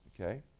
okay